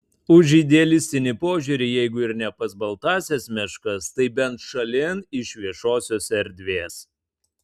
už idealistinį požiūrį jeigu ir ne pas baltąsias meškas tai bent šalin iš viešosios erdvės